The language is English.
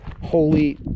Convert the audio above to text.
holy